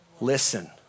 Listen